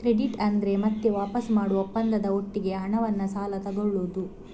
credit ಅಂದ್ರೆ ಮತ್ತೆ ವಾಪಸು ಮಾಡುವ ಒಪ್ಪಂದದ ಒಟ್ಟಿಗೆ ಹಣವನ್ನ ಸಾಲ ತಗೊಳ್ಳುದು